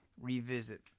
revisit